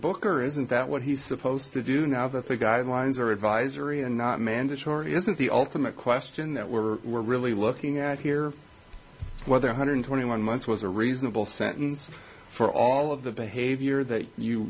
booker isn't that what he's supposed to do now that the guidelines are advisory and not mandatory isn't the ultimate question that we're really looking at here whether one hundred twenty one months was a reasonable sentence for all of the behavior that you